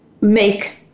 make